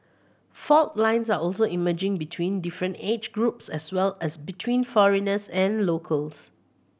fault lines are also emerging between different age groups as well as between foreigners and locals